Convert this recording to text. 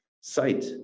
sight